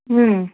ಹ್ಞೂ